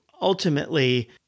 ultimately